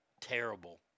Terrible